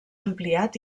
ampliat